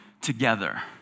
together